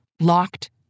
locked